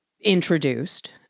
introduced